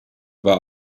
war